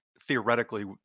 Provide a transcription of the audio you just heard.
theoretically